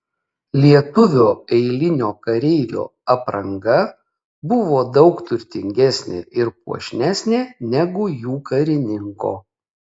lietuvio eilinio kareivio apranga buvo daug turtingesnė ir puošnesnė negu jų karininko